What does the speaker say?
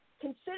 consider